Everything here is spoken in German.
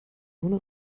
ohne